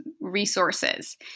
resources